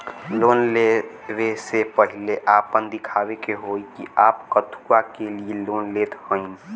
Loan ले वे से पहिले आपन दिखावे के होई कि आप कथुआ के लिए लोन लेत हईन?